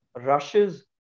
rushes